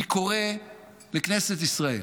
אני קורא לכנסת ישראל